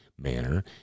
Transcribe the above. manner